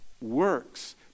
works